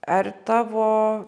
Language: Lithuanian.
ar tavo